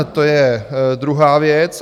To je druhá věc.